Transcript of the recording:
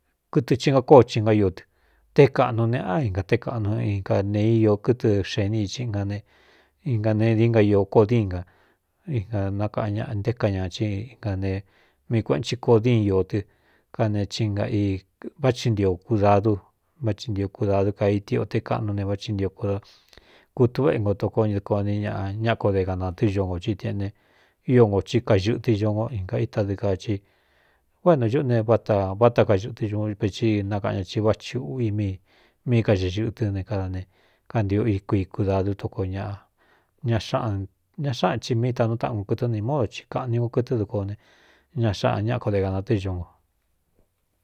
Kɨtɨ chinga kóó chi ngá io tɨ té kāꞌnu neꞌá inga té kaꞌnu ika nee ío kɨtɨ xeení iia ne inga ne dií nga iō codin na ina nakaꞌn ña nté ka ña í ina ne mii kueꞌen ti codin iō tɨ kane ina ī váthi ntio kudadú váci ntio kūdadu ka iti o te kaꞌnu ne váchi ntio kūda kutu váꞌ éngo toko ñadoko ni ñaꞌa ñáꞌa ko de gāna tɨ́ ñongō citꞌen ne io ngō tí kaxɨꞌtɨ ñongo īnga itadɨɨ kaa i o éno ñuꞌu ne váta váta kaxɨꞌɨtɨ ñuún veti nakaꞌan ña i váꞌ chi úꞌvi míi míi kaxeꞌ ñɨꞌɨ tɨ́ ne kadane kantio iku i kūdadu tokoo ñꞌa xña xáꞌan thi míi tanúu taꞌnku kɨtɨ́ nī módo ki kāꞌni nko kɨtɨ duko ne ña xaꞌan ñáꞌa ko de gāna tɨ́ ño nko.